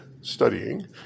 studying